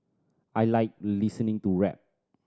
I like listening to rap